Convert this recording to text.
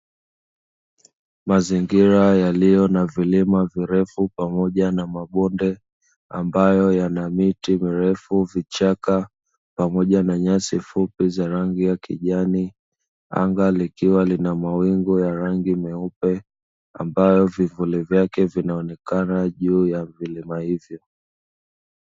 Mazingira yaliyo na vilima virefu pamoja na mabonde, ambayo yana miti mirefu, vichaka pamoja na nyasi fupi za rangi ya kijani, anga likiwa lina mawingu ya rangi nyeupe, ambavyo vivuli vyake vinaonekana juu ya vilima hivyo.